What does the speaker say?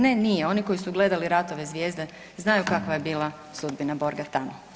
Ne nije oni koji su gledali „Ratove zvijezda“ znaju kakva je bila sudbina borga tamo.